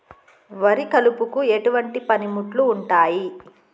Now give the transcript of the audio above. వరి కలుపుకు ఎటువంటి పనిముట్లు ఉంటాయి?